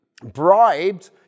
bribed